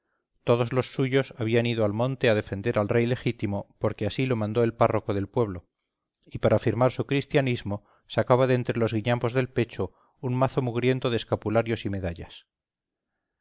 todos los suyos habían ido al monte a defender al rey legítimo porque así lo mandó el párroco del pueblo y para afirmar su cristianismo sacaba de entre los guiñapos del pecho un mazo mugriento de escapularios y medallas